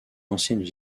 anciennes